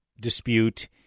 dispute